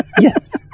Yes